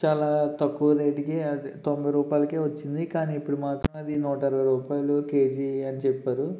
చాలా తక్కువ రేటుకి తొంభై రూపాయలకే వచ్చింది కానీ ఇప్పుడు మాత్రమే అది నూట ఇరవై రూపాయలు కేజీ అని చెప్పారు